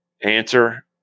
answer